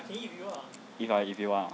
if ah if you want